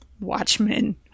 Watchmen